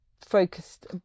focused